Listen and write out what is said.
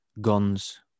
guns